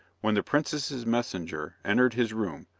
when the princess's messenger entered his room,